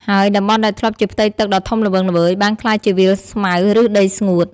ហើយតំបន់ដែលធ្លាប់ជាផ្ទៃទឹកដ៏ធំល្វឹងល្វើយ បានក្លាយជាវាលស្មៅ ឬដីស្ងួត។